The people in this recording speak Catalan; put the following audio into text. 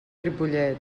ripollet